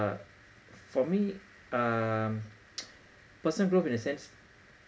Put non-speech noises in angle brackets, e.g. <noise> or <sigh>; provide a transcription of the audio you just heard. uh for me um <noise> personal growth in a sense